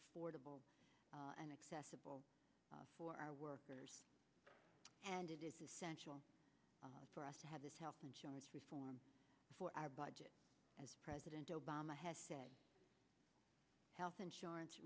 affordable and accessible for our workers and it is essential for us to have health insurance reform for our budget as president obama has health insurance